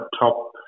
top